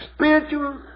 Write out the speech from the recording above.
spiritual